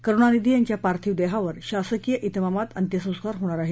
करुणनिधी यांच्या पार्थिव देहावर शासकीय हतमामात अंत्यसंस्कार होणार आहेत